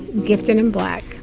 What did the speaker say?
gifted and black